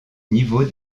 niveau